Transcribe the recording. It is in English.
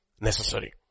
necessary